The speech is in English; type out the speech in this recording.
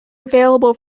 available